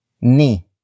Ni